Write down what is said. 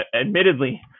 admittedly